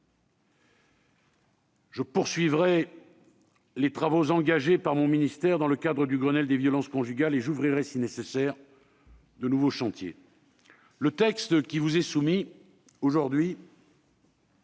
Je poursuivrai les travaux engagés par mon ministère dans le cadre du Grenelle des violences conjugales et j'ouvrirai si nécessaire de nouveaux chantiers. Le texte qui vous est soumis aujourd'hui